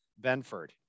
Benford